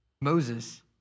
Moses